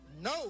no